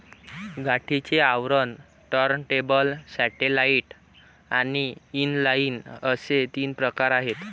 गाठीचे आवरण, turntable, satellite आणि इनलाइन असे तीन प्रकार आहे